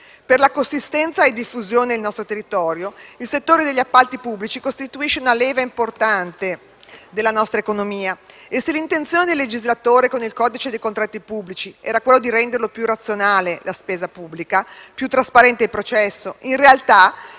Per la consistenza e diffusione sul nostro territorio, il settore degli appalti pubblici costituisce una leva importante della nostra economia. Se l'intenzione del legislatore con il codice dei contratti pubblici era quello di rendere più razionale la spesa pubblica e più trasparente il processo, nella realtà,